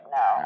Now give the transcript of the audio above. no